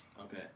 Okay